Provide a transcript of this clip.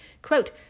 Quote